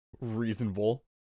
Reasonable